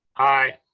aye.